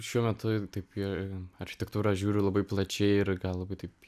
šiuo metu taip į architektūrą žiūriu labai plačiai ir gal labai taip